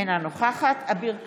אינה נוכחת אביר קארה,